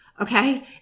okay